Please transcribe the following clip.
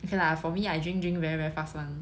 okay lah for me I drink drink very very fast one